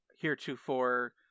heretofore